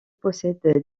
possède